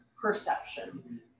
perception